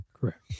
Correct